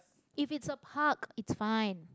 if it's a park it's fine